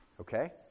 Okay